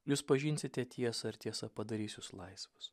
jūs pažinsite tiesą ir tiesa padarys jus laisvus